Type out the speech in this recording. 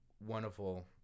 wonderful